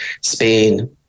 Spain